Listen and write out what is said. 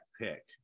pick –